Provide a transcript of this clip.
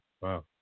Wow